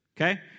okay